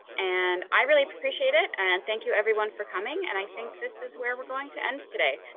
and i really appreciate it and thank you everyone for coming. and i think this is where we're going to end today.